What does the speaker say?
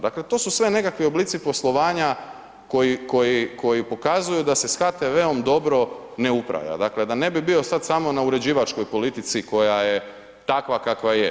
Dakle, to su sve nekakvi oblici poslovanja koji pokazuju da se sa HTV-om dobro ne upravlja dakle, da ne bi bio sad samo na uređivačkoj politici koja je takva kakva je.